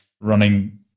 running